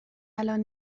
الان